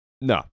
no